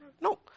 No